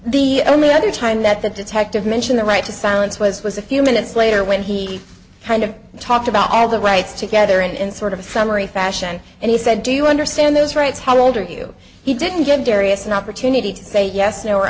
the only other time that the detective mentioned the right to silence was was a few minutes later when he kind of talked about all the rights together and in sort of a summary fashion and he said do you understand those rights how old are you he didn't give derrius an opportunity to say yes